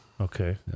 Okay